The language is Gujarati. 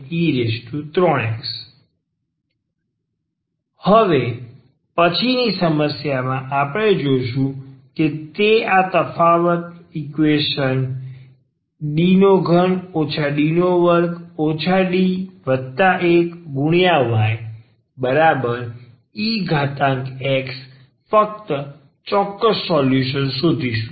yc1exc2e2x12e3x હવે પછીની સમસ્યામાં આપણે જે જોશું તે આ તફાવત ઈકવેશન D3 D2 D1yex ફક્ત ચોક્કસ સોલ્યુશન શોધીશું